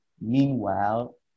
meanwhile